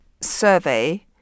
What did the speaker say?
survey